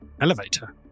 Elevator